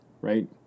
right